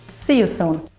see you soon!